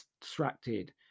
distracted